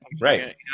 right